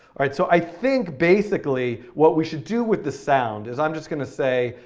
alright, so i think, basically, what we should do with the sound is i'm just going to say,